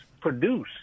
produce